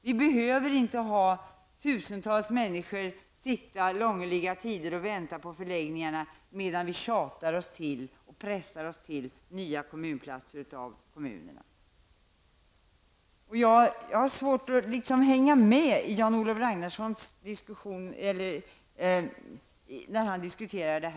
Vi behöver inte ha tusentals människor sitta långliga tider och vänta på förläggningar, medan vi tjatar och pressar oss till nya kommunplatser i kommunerna. Jag har svårt att hänga med när Jan-Olof Ragnarsson diskuterar detta.